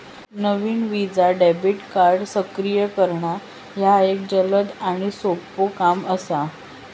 नवीन Visa debit card सक्रिय करणा ह्या एक जलद आणि सोपो काम असा